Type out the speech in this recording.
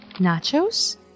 Nachos